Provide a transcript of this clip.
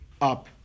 up